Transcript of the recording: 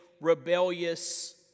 rebellious